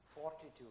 fortitude